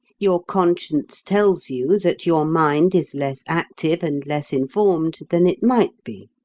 your conscience tells you that your mind is less active and less informed than it might be.